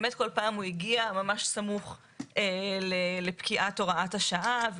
בכל פעם הוא הגיע ממש סמוך לפקיעת הוראת השעה,